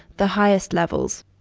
the highest levels.